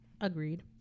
Agreed